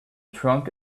trunk